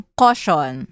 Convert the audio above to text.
caution